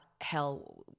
hell